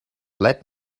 let